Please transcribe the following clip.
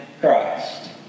Christ